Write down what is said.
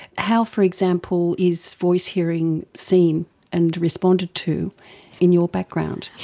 how, for example, is voice hearing seen and responded to in your background?